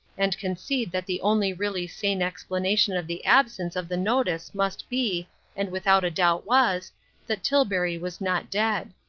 and concede that the only really sane explanation of the absence of the notice must be and without doubt was that tilbury was not dead.